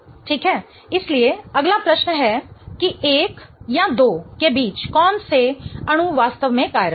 ठीक है इसलिए अगला प्रश्न है कि 1 या 2 के बीच कौन से अणु वास्तव में कायरल हैं